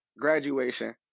graduation